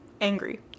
angry